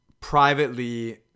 privately